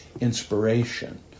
inspiration